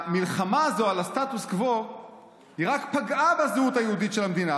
המלחמה הזו על הסטטוס קוו רק פגעה בזהות היהודית של המדינה,